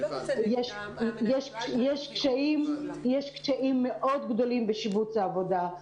יש קשיים מאוד גדולים בשיבוץ העבודה.